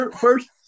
First